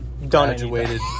Graduated